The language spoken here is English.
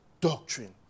doctrine